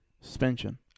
Suspension